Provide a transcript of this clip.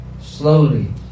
Slowly